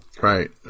Right